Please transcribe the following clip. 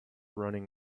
running